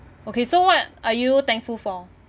okay so what are you thankful for